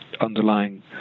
underlying